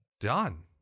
done